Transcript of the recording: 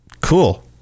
Cool